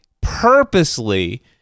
purposely